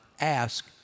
ask